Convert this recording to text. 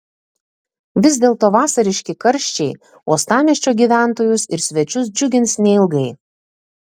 vis dėlto vasariški karščiai uostamiesčio gyventojus ir svečius džiugins neilgai